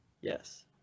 yes